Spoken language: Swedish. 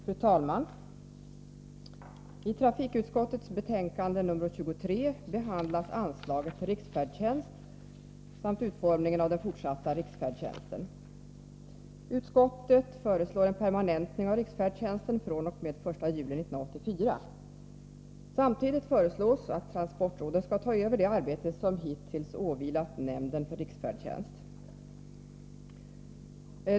Fru talman! I trafikutskottets betänkande nr 23 behandlas anslaget till riksfärdtjänst samt utformningen av den fortsatta riksfärdtjänsten. Utskottet föreslår en permanentning av riksfärdtjänsten fr.o.m. den 1 juli 1984. Samtidigt föreslås att transportrådet skall ta över det arbete som hittills åvilat nämnden för riksfärdtjänst.